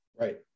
right